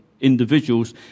Individuals